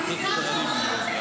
אתם תת-רמה.